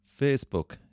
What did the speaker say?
Facebook